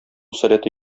сәләте